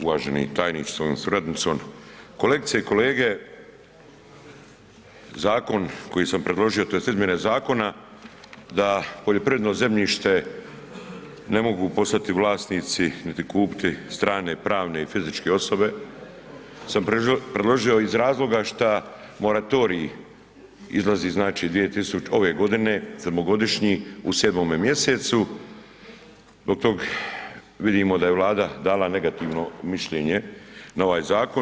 Uvaženi tajniče sa svojom suradnicom, kolegice i kolege, zakon koji sam predložio tj. izmjene zakona da poljoprivredno zemljište ne mogu postati vlasnici niti kupiti strane pravne i fizičke osobe, sam predložio iz razloga šta moratorij izlazi znači ove godine, sedmogodišnji u 7. mjesecu, zbog tog vidimo da je Vlada dala negativno mišljenje na ovaj zakon.